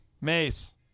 Mace